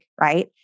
right